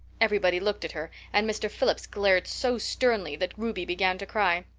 everybody looked at her and mr. phillips glared so sternly that ruby began to cry.